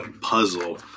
puzzle